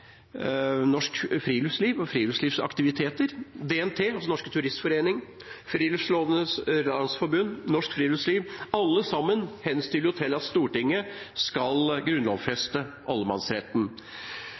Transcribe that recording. norsk friluftsliv og friluftslivsaktiviteter – Den Norske Turistforening, Friluftsrådenes Landsforbund, Norsk Friluftsliv – alle sammen henstiller Stortinget til